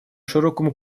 широкому